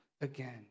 again